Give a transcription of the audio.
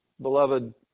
beloved